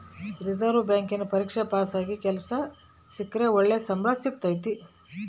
reserve ಬ್ಯಾಂಕಿನ ಪರೀಕ್ಷೆಗ ಪಾಸಾಗಿ ಕೆಲ್ಸ ಸಿಕ್ರ ಒಳ್ಳೆ ಸಂಬಳ ಸಿಕ್ತತತೆ